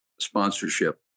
sponsorship